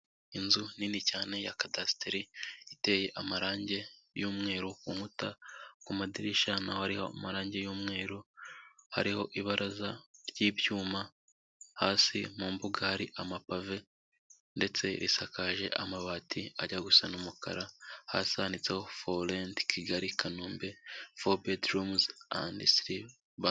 Inzu nini cyane ya cadasiteri iteye amarangi y'umweru kunkuta ku madirishya naho hariho amarangi y'umweru hariho ibaraza ryibyuma hasi mu mbuga hari ama pave ndetse risakaje amabati ajya gusana'umukara hasananitseho for rent kigali kanombe four betrooms and three